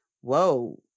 whoa